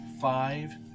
five